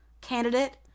candidate